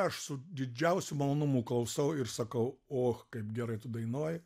aš su didžiausiu malonumu klausau ir sakau oh kaip gerai tu dainuoji